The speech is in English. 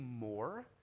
more